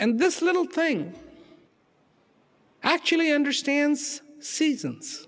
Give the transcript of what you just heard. and this little thing actually understands seasons